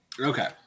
Okay